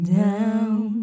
down